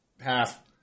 half